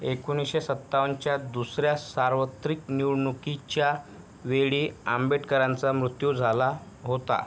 एकोणीसशे सत्तावन्नच्या दुसऱ्या सार्वत्रिक निवडणुकीच्या वेळी आंबेटकरांचा मृत्यू झाला होता